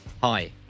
hi